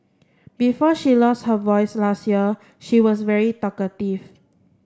before she lost her voice last year she was very talkative